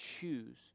choose